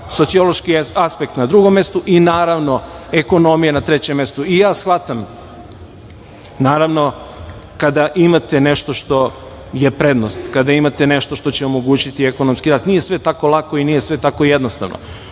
sociološki aspekt na drugom mestu i, naravno, ekonomija na trećem mestu. Ja shvatam, naravno, kada imate nešto što je prednost, kada imate nešto što će omogućiti ekonomski rast, nije sve tako lako i nije sve tako jednostavno. Postoje